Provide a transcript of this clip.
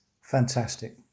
Fantastic